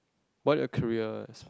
what are your career